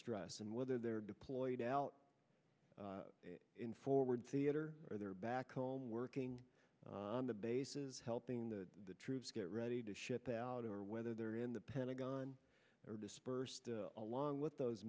stress and whether they're deployed out in forward theater or they're back home working on the bases helping the troops get ready to ship out or whether they're in the pentagon or dispersed along with those